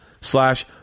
slash